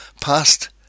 past